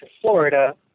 Florida